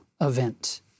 event